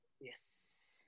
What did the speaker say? Yes